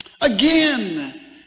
again